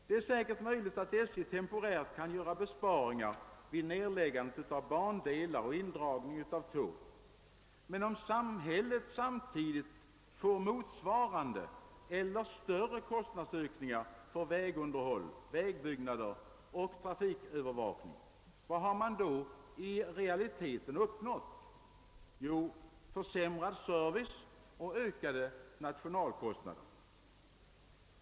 Det är möjligt att SJ temporärt kan göra besparingar vid nedläggandet av bandelar och indragning av tåg, men om samhället samtidigt får motsvarande eller större kostnadsökningar för vägunderhåll, vägbyggande och trafikövervakning — vad har man då i realiteten uppnått? Jo, försämrad service och ökade nationalkostnader.